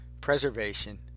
preservation